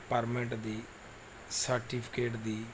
permit ਦੀ certificate ਦੀ